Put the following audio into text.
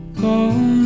Go